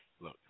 look